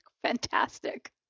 fantastic